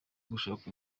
gushaka